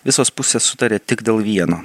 visos pusės sutarė tik dėl vieno